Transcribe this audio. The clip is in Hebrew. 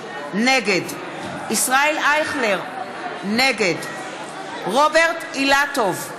נגד ישראל אייכלר, נגד רוברט אילטוב,